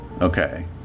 Okay